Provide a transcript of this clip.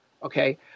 Okay